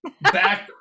back